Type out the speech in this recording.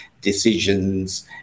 decisions